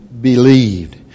believed